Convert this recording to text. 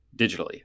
digitally